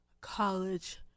College